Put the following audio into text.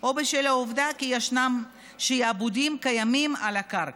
או העובדה שישנם שעבודים קיימים על הקרקע.